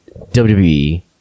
WWE